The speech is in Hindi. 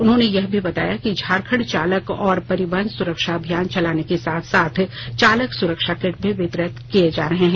उन्होंने यह भी बताया कि झारखंड चालक और परिवहन सुरक्षा अभियान चलाने के साथ चालक सुरक्षा किट भी वितरित किए जा रहे हैं